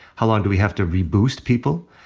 how long do we have to re-boost people?